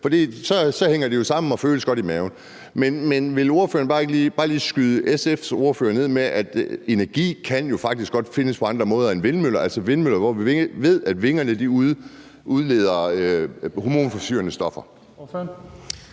for så hænger det jo sammen og føles godt i maven. Men vil ordføreren ikke bare lige skyde SF's ordførertale ned med, at energi jo faktisk godt kan findes på andre måder end med vindmøller, hvor vi ved, at der udledes hormonforstyrrende stoffer